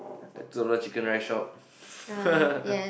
the two dollar chicken rice shop